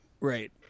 Right